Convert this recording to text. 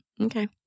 Okay